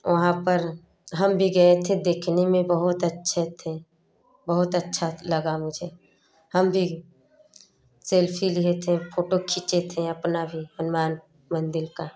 वहाँ पर हम भी गए थे देखने में बहुत अच्छे थे बहुत अच्छा लगा मुझे हम भी सेल्फी लिए थे फोटो खींचे थे अपना भी हनुमान मंदिर का